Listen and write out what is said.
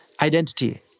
identity